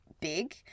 big